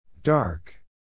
Dark